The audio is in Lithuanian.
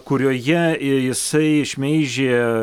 kurioje jisai šmeižė